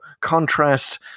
contrast